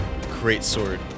Greatsword